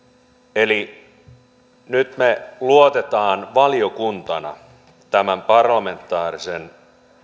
nyt me luotamme valiokuntana tämän parlamentaarisen